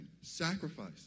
Sacrifice